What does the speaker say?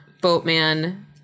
boatman